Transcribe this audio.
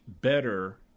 better